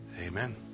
Amen